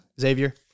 Xavier